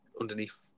underneath